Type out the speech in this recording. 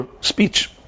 speech